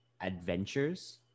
Adventures